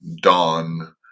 dawn